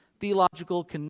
theological